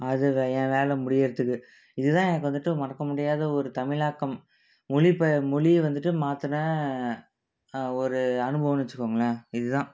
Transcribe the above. அது வே ஏன் வேலை முடியறுத்துக்கு இது தான் எனக்கு வந்துவிட்டு மறக்க முடியாத ஒரு தமிழாக்கம் மொழி பெ மொழியை வந்துவிட்டு மாற்றுன ஒரு அனுபவன்னு வச்சுக்கோங்களேன் இது தான்